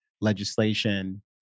legislation